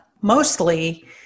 mostly